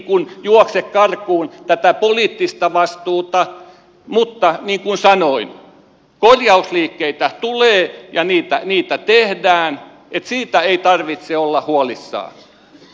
en juokse karkuun tätä poliittista vastuuta mutta niin kuin sanoin korjausliikkeitä tulee ja niitä tehdään siitä ei tarvitse olla huolissaan